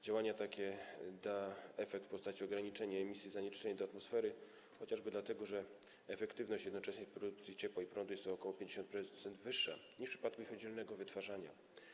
Działanie to da efekt w postaci ograniczenia emisji zanieczyszczeń do atmosfery, chociażby dlatego, że efektywność jednoczesnej produkcji ciepła i prądu jest o ok. 50% wyższa niż w przypadku ich oddzielnego wytwarzania.